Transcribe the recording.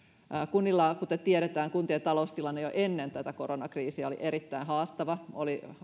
kuten tiedetään kuntien taloustilanne oli jo ennen tätä koronakriisiä erittäin haastava oikeastaan